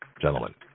Gentlemen